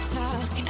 talk